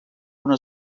una